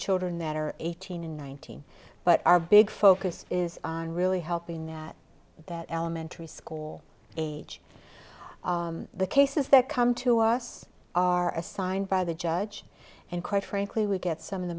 children that are eighteen and nineteen but our big focus is on really helping them at that elementary school age the cases that come to us are assigned by the judge and quite frankly we get some of the